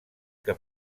que